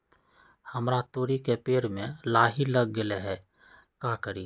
हमरा तोरी के पेड़ में लाही लग गेल है का करी?